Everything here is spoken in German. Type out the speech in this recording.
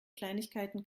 kleinigkeiten